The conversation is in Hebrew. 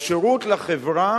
בשירות לחברה